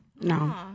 No